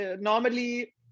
normally